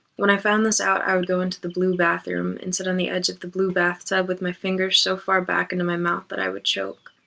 when i found this out i would go into the blue bathroom and sit on the edge of the blue bathtub with my fingers so far back into my mouth that but i would choke,